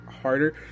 harder